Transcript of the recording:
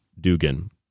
Dugan